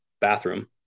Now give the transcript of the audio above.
bathroom